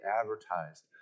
advertised